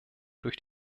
durch